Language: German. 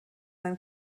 ein